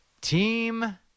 Team